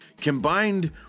Combined